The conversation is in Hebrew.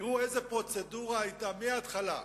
תראו איזו פרוצדורה היתה מההתחלה: